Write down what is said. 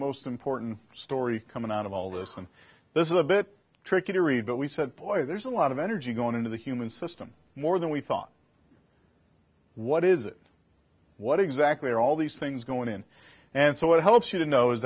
most important story coming out of all this and this is a bit tricky to read but we said boy there's a lot of energy going into the human system more than we thought what is it what exactly are all these things going in and so it helps you to know is